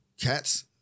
cats